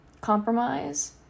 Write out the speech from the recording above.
compromise